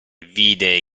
vide